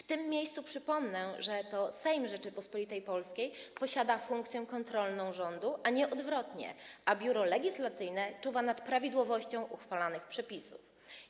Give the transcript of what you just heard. W tym miejscu przypomnę, że to Sejmowi Rzeczypospolitej Polskiej przysługuje funkcja kontrolna rządu, a nie odwrotnie, a Biuro Legislacyjne czuwa nad prawidłowością uchwalanych przepisów.